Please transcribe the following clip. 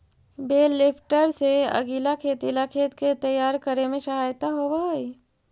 बेल lifter से अगीला खेती ला खेत के तैयार करे में सहायता होवऽ हई